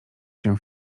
się